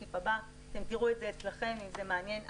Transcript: אתם תראו את זה אצלכם אם זה מעניין.